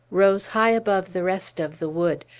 rose high above the rest of the wood,